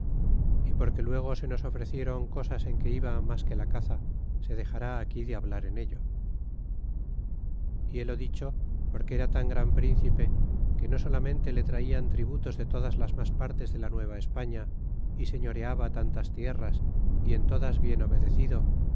y porque luego se nos ofrecieron cosas en que iba mas que la caza se dexar aquí de hablar en ello y belo dicho porque era tan gran príncipe que no solamente le traian tributos de todas las mas partes de la nueva españa y señoreaba tantas tierras y en todas bien obedecido